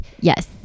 yes